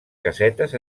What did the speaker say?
casetes